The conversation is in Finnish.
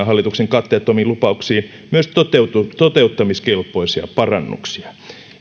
hallituksen katteettomiin lupauksiin myös toteuttamiskelpoisia parannuksia